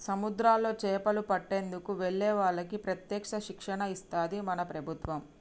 సముద్రాల్లో చేపలు పట్టేందుకు వెళ్లే వాళ్లకి ప్రత్యేక శిక్షణ ఇస్తది మన ప్రభుత్వం